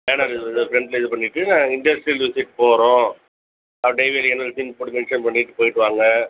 banner இது ஃப்ரண்ட்டில் இது பண்ணிவிட்டு இண்டஸ்ட்ரியல் விசிட் போகறோம் அப்படின்னு என்னோட சைன் போட்டு மென்ஷன் பண்ணிவிட்டு போய்விட்டு வாங்க